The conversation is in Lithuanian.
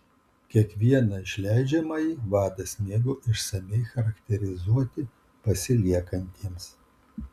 kiekvieną išleidžiamąjį vadas mėgo išsamiai charakterizuoti pasiliekantiems